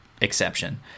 exception